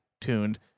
tuned